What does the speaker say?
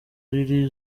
riri